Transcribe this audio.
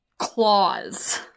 Claws